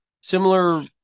Similar